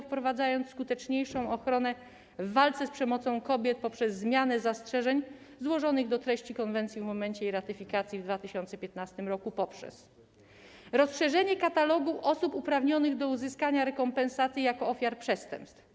Wprowadziła skuteczniejszą ochronę przed przemocą wobec kobiet - chodzi o zmianę zastrzeżeń złożonych do treści konwencji w momencie jej ratyfikacji w 2015 r. - przez rozszerzenie katalogu osób uprawnionych do uzyskania rekompensaty jako ofiar przestępstw.